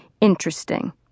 interesting